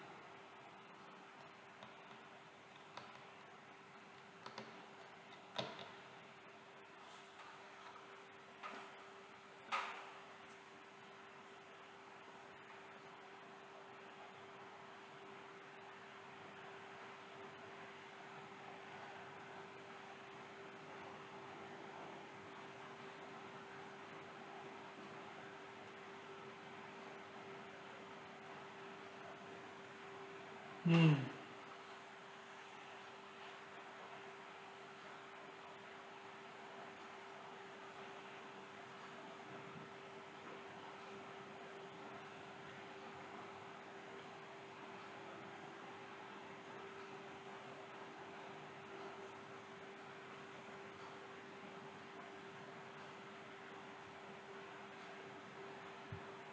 mm